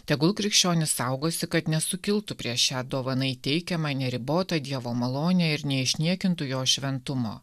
tegul krikščionis saugosi kad nesukiltų prieš šią dovanai teikiamą neribotą dievo malonę ir neišniekintų jo šventumo